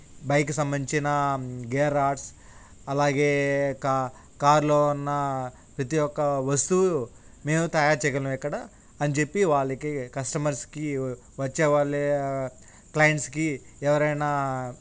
bike సంబంధించిన gear rods అలాగే క కార్లో ఉన్న ప్రతీ ఒక్క వస్తువు మేము తయారు చేయగలం ఇక్కడ అని చెప్పి వాళ్ళకి కస్టమర్స్కి వచ్చే వాళ్ళే క్లయింట్స్కి ఎవరైనా